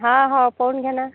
हा हो कोण घेणार